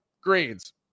Greens